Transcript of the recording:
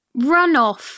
runoff